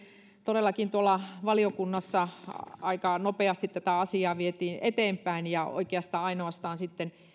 todellakin tuolla valiokunnassa aika nopeasti tätä asiaa vietiin eteenpäin ja oikeastaan ainoastaan sitten